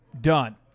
done